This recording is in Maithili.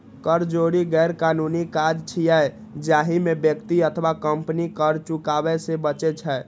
कर चोरी गैरकानूनी काज छियै, जाहि मे व्यक्ति अथवा कंपनी कर चुकाबै सं बचै छै